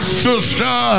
sister